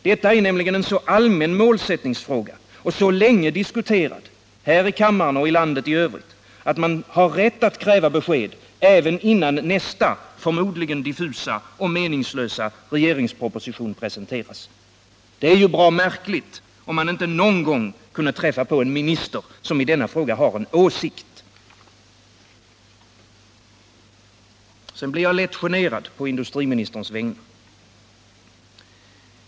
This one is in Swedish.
Det är nämligen en så allmän målsättningsfråga som så länge diskuterats här i kammaren och i landet i övrigt att man har rätt att kräva besked även innan nästa, förmodligen diffusa och meningslösa, regeringsproposition presenteras. Det är bra märkligt om man inte någon gång kunde träffa på en minister som i denna fråga har en åsikt. Sedan blir jag lätt generad på industriministerns vägnar.